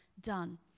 done